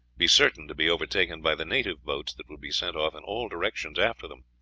be certain to be overtaken by the native boats that would be sent off in all directions after them.